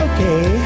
Okay